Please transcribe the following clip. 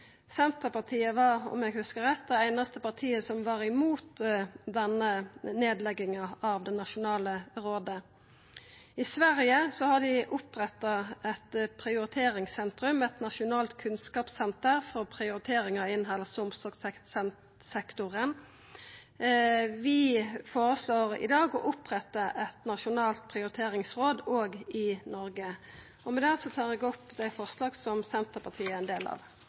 Senterpartiet var – om eg hugsar rett – det einaste partiet som var mot nedlegginga av dette nasjonale rådet. I Sverige har ein oppretta eit prioriteringssenter med eit nasjonalt kunnskapssenter for prioriteringar innan helse- og omsorgssektoren. Vi føreslår i dag å oppretta eit nasjonalt prioriteringsråd òg i Noreg. Med det tar eg opp forslaget frå Senterpartiet